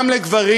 גם לגברים.